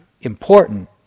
important